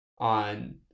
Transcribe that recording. On